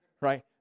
right